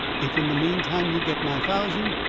if, in the meantime, you get my thousand,